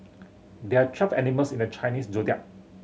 there are twelve animals in the Chinese Zodiac